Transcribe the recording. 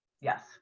yes